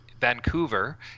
Vancouver